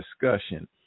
discussion